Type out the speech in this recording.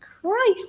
christ